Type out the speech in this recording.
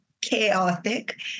chaotic